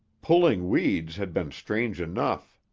pulling weeds had been strange enough.